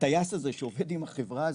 הטייס הזה שעובד עם החברה הזאת,